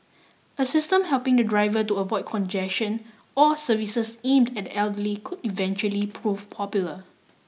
a system helping the driver to avoid congestion or services aimed at the elderly could eventually prove popular